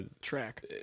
track